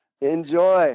Enjoy